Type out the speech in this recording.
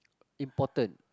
important